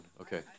Okay